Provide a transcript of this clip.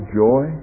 joy